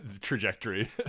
trajectory